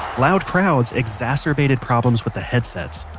loud crowds exacerbated problems with the headsets.